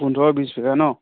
পোন্ধৰ বিছ বিঘা ন